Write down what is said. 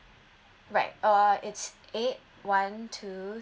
right uh it's eight one two